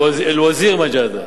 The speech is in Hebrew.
אל-וזיר מג'אדלה.